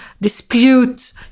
dispute